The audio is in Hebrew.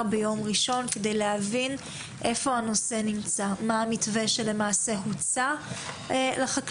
ביום ראשון כדי להבין איפה הנושא נמצא ומה המתווה שהוצע לחקלאים.